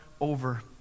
over